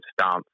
stance